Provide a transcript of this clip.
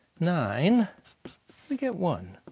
nine we get one.